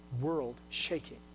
world-shaking